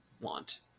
want